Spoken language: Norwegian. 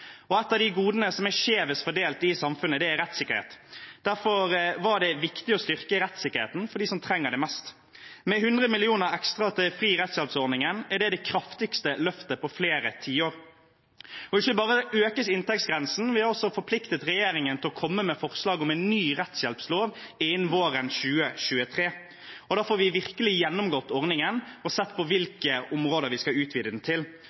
Et av de godene som er skjevest fordelt i samfunnet, er rettssikkerhet. Derfor var det viktig å styrke rettssikkerheten for dem som trenger det mest. 100 mill. kr ekstra til fri rettshjelp-ordningen er det kraftigste løftet på flere tiår. Ikke bare økes inntektsgrensen, men vi har også forpliktet regjeringen til å komme med forslag til en ny rettshjelpslov innen våren 2023. Da får vi virkelig gjennomgått ordningen og sett på hvilke områder vi skal utvide den til.